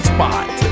Spot